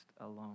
alone